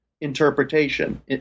interpretation